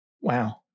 Wow